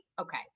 Okay